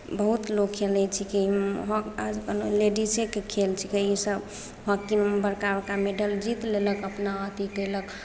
बहुत लोक खेलै छिकै हॉकी आज कोनो लेडीजेके खेल छिकै इसभ हॉकीमे बड़का बड़का मैडल जीत लेलक अपना अथि कयलक